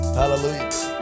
hallelujah